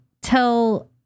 tell